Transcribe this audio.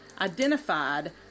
identified